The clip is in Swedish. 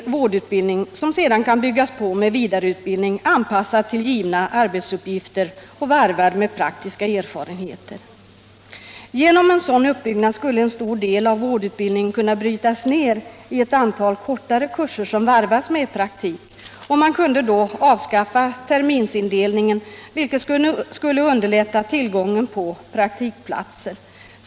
Denna grundutbildning skulle sedan kunna byggas på med vidareutbildning, anpassad till givna arbetsuppgifter och varvad med praktiska erfarenheter. Genom en sådan uppbyggnad skulle en stor del av vårdutbildningen kunna brytas ner i ett antal kortare kurser som varvas med praktik. Man kunde då avskaffa terminsindelningen, vilket skulle underlätta tillgången på praktikplatser.